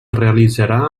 realitzarà